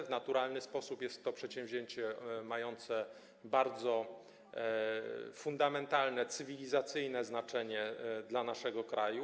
W naturalny sposób jest to przedsięwzięcie mające bardzo fundamentalne, cywilizacyjne znaczenie dla naszego kraju.